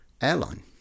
airline